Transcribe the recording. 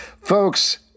Folks